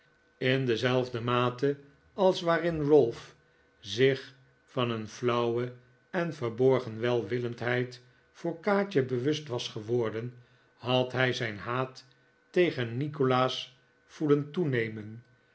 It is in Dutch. in dezelfde mate als waarin ralph zich van een flauwe en ve rborgen welwillendheid voor kaatje bewust was geworden had hij zijn haat tegen nikolaas voelen toenemen